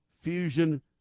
Fusion